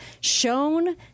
shown